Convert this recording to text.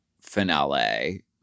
finale